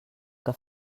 que